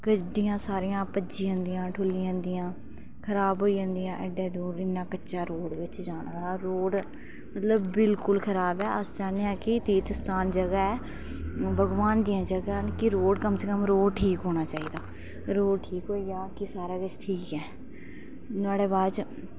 गड्डियां सारियां भज्जी जंदियां ठु'ल्ली जंदियां खराब होई जंदियां इन्ना दूर कन्नै कच्चा रोड़ जाना ते रोड़ बिल्कुल खराब ऐ ते अस चाह्न्ने आं कि एह् तीर्थ स्थान जगह न एह् भगवान दियां जगह न कि रोड़ कम से कम रोड़ होना चाहिदा ऐ रोड़ ठीक होई जा ते भी सारा किश ठीक ऐ ते भी नुहाड़ै बाद च